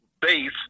base